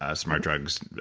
ah smart drugs,